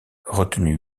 retenu